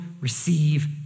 receive